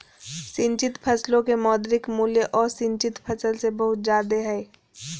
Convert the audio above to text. सिंचित फसलो के मौद्रिक मूल्य असिंचित फसल से बहुत जादे हय